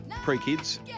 pre-kids